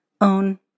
own